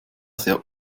sehr